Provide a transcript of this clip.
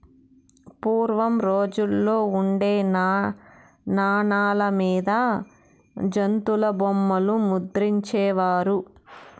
పూర్వం రోజుల్లో ఉండే నాణాల మీద జంతుల బొమ్మలు ముద్రించే వారు